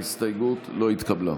ההסתייגות לא התקבלה.